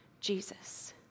Jesus